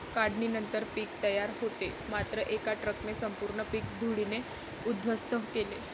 काढणीनंतर पीक तयार होते मात्र एका ट्रकने संपूर्ण पीक धुळीने उद्ध्वस्त केले